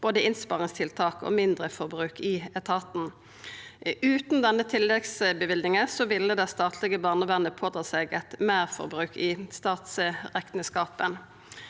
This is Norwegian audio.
både innsparingstiltak og mindreforbruk i etaten. Utan denne tilleggsløyvinga ville det statlege barnevernet ha pådratt seg eit meirforbruk i statsrekneskapen.